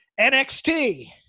NXT